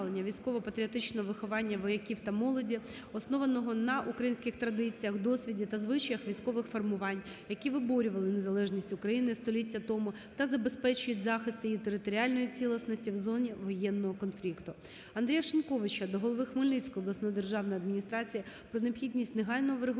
Андрія Шиньковича до голови Хмельницької обласної державної адміністрації про необхідність негайного врегулювання